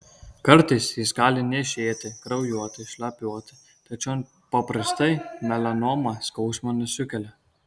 kartais jis gali niežėti kraujuoti šlapiuoti tačiau paprastai melanoma skausmo nesukelia